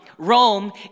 Rome